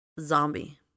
Zombie